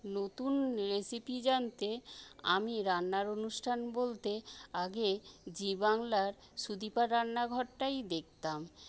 নতুন রেসিপি জানতে আমি রান্নার অনুষ্ঠান বলতে আগে জি বাংলার সুদীপার রান্নাঘরটাই দেখতাম